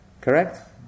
Correct